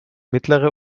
mittlere